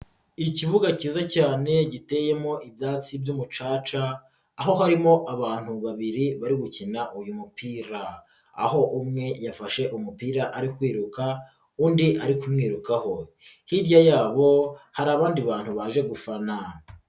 Ikibuga kiza cyane giteyemo ibyatsi by'umucaca aho harimo abantu babiri bari gukina uyu mupira aho umwe yafashe umupira ari kwiruka undi ari kumwirukaho, hirya yabo hari abandi bantu baje gufana.,